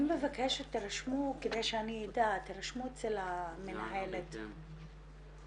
אני מבקשת שתירשמו אצל המנהלת כדי שאני אדע.